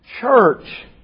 Church